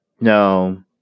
No